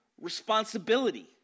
responsibility